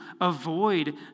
avoid